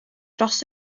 dros